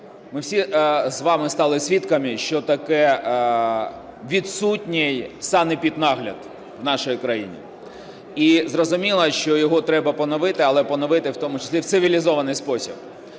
Ми всі з вами стали свідками, що таке відсутній санепіднагляд у нашій країні. І зрозуміло, що його треба поновити, але поновити в тому числі в цивілізований спосіб.